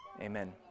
Amen